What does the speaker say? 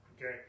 Okay